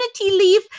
leave